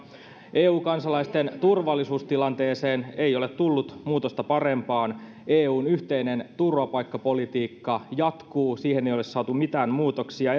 eu kansalaisten turvallisuustilanteeseen ei ole tullut muutosta parempaan eun yhteinen turvapaikkapolitiikka jatkuu siihen ei ole saatu mitään muutoksia